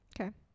Okay